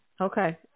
Okay